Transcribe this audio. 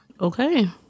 okay